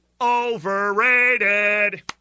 Overrated